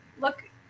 look